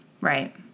right